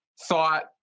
thought